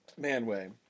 Manway